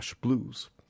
Blues